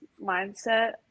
mindset